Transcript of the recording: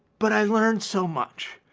but i've learned so much.